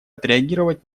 отреагировать